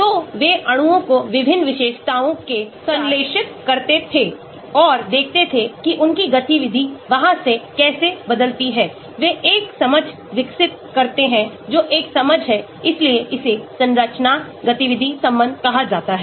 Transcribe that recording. तो वे अणुओं को विभिन्न विशेषताओं के साथ संश्लेषित करते थे और देखते थे कि उनकी गतिविधि वहां से कैसे बदलती है वे एक समझ विकसित करते हैं जो एक समझ है इसीलिए इसे संरचना गतिविधि संबंध कहा जाता है